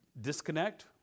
disconnect